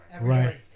Right